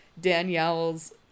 Danielle's